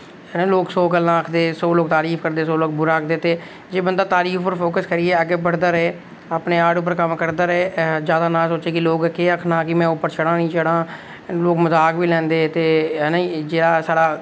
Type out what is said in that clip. ते सौ लोग गल्लां आखदे ते सौ तरीफ करदे ते सौ बुरा आखदे ते जे बंदा तारीफ दी सुनियै अग्गें बधदा रेह् अपने आर्ट पर कम्म करदा रेह् ते जैदा नेईं सोचे कि में उप्पर चढ़ांऽ कि नेईं चढ़ांऽ ते लोग मज़ाक बी लैंदे कि इ'यै साढ़ा